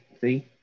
see